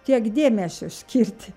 tiek dėmesio skirti